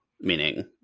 Meaning